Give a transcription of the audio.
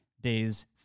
days